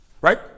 right